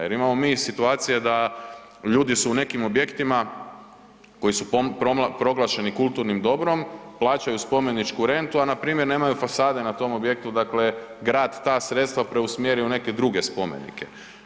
Jer imamo mi i situacije da ljudi su u nekim objektima koji su proglašeni kulturnim dobrom, plaćaju spomeničku rentu, a npr. nemaju fasade na tom objektu, dakle grad ta sredstva preusmjeri u neke druge spomenike.